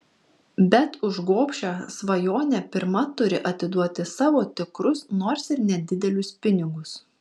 bet už gobšią svajonę pirma turi atiduoti savo tikrus nors ir nedidelius pinigus